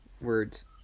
words